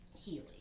healing